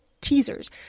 teasers